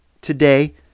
Today